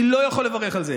אני לא יכול לברך על זה.